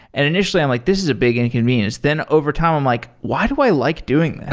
and initially i'm like, this is a big inconvenience. then overtime i'm like, why do i like doing this?